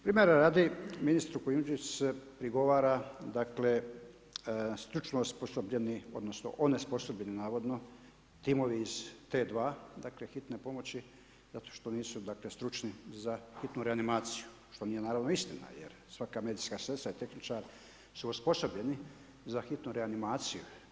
Primjera radi, ministru Kujundžiću se prigovara dakle, stručno osposobljeni odnosno onesposobljeni navodno timovi iz T2 Hitne pomoći zato što nisu stručni za hitnu reanimaciju, što nije naravno istina jer svaka medicinska sestra, tehničar su osposobljeni za hitnu reanimaciju.